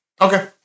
Okay